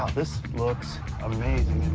um this looks um amazing